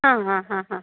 ಹಾಂ ಹಾಂ ಹಾಂ ಹಾಂ